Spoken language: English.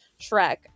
shrek